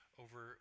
over